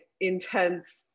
intense